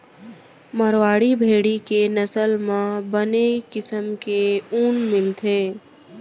मारवाड़ी भेड़ी के नसल म बने किसम के ऊन मिलथे